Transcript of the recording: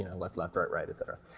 ah left, left, right, right, etc.